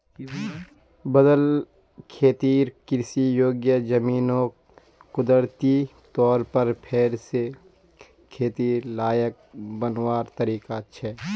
बदल खेतिर कृषि योग्य ज़मीनोक कुदरती तौर पर फेर से खेतिर लायक बनवार तरीका छे